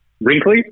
Wrinkly